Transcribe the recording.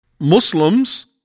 Muslims